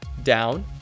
down